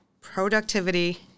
productivity